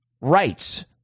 rights